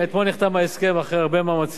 אחרי הרבה מאמצים ואחרי הרבה השקעה.